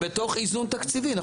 --- בתוך איזון תקציבי.